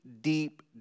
deep